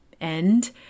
end